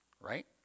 Right